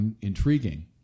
intriguing